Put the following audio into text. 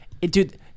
Dude